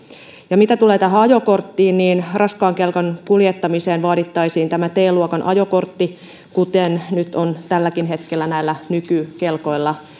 ja mitä tulee tähän ajokorttiin niin raskaan kelkan kuljettamiseen vaadittaisiin t luokan ajokortti kuten nyt on tälläkin hetkellä näillä nykykelkoilla